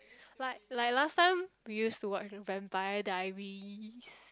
but like last time we used to watch Vampire-Diaries